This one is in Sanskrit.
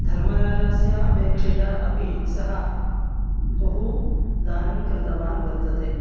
धर्मराजस्य अपेक्षया अपि सः बहु दानं कृतवान् वर्तते